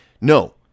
No